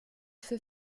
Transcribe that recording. für